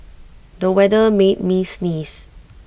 the weather made me sneeze